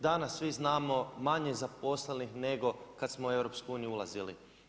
Danas svi znamo, manje je zaposlenih, nego kad smo u EU ulazili.